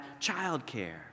childcare